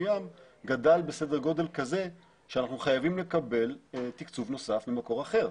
ים גדל בסדר גודל כזה שאנחנו חייבים לקבל תקצוב נוסף ממקור אחר,